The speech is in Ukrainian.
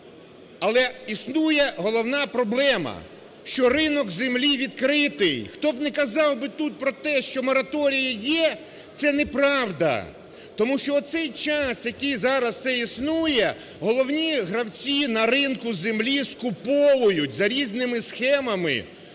Але існує головна проблема, що ринок землі відкритий. Хто не казав би тут про те, що мораторій є, це не правда. Тому що оцей час, який зараз це існує, головні гравці на ринку землі скуповують за різними схемами